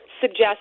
suggest